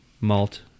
malt